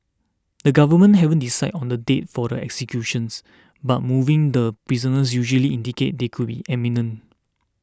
the government haven't decided on the date for the executions but moving the prisoners usually indicates they could be imminent